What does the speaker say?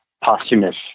posthumous